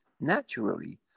naturally